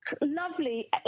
lovely